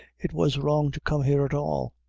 it was wrong to come here at all.